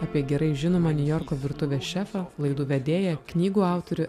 apie gerai žinomą niujorko virtuvės šefą laidų vedėją knygų autorių